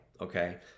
okay